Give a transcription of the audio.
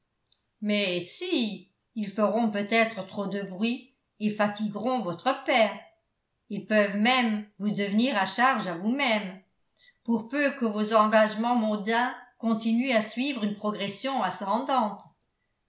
mais si ils feront peut-être trop de bruit et fatigueront votre père ils peuvent même vous devenir à charge à vous-même pour peu que vos engagements mondains continuent à suivre une progression ascendante